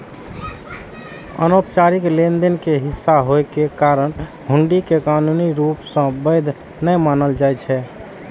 अनौपचारिक लेनदेन के हिस्सा होइ के कारण हुंडी कें कानूनी रूप सं वैध नै मानल जाइ छै